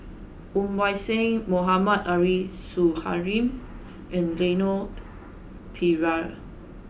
Woon Wah Siang Mohammad Arif Suhaimi and Leon Perera